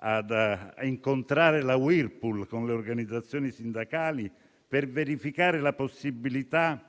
ad incontrare la Whirlpool con le organizzazioni sindacali per verificare la possibilità